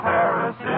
Paris